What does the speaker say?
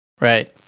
right